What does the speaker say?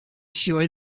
sure